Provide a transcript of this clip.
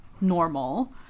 normal